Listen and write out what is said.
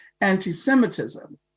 anti-Semitism